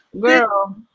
Girl